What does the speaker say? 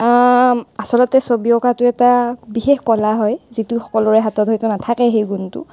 অঁ আচলতে ছবি অঁকাটো এটা বিশেষ কলা হয় যিটো সকলোৰে হাতত হয়তো নাথাকে সেই গুণটো